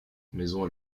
maisons